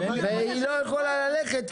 היא לא יכולה ללכת,